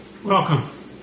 Welcome